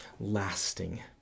lasting